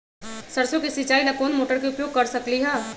सरसों के सिचाई ला कोंन मोटर के उपयोग कर सकली ह?